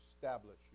establish